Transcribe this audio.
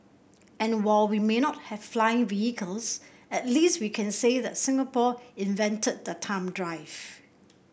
and while we may not have flying vehicles at least we can say that Singapore invented the thumb drive